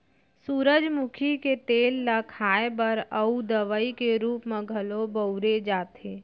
सूरजमुखी के तेल ल खाए बर अउ दवइ के रूप म घलौ बउरे जाथे